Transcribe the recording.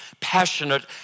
passionate